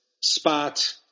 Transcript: spot